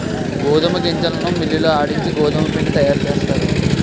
గోధుమ గింజలను మిల్లి లో ఆడించి గోధుమపిండి తయారుచేస్తారు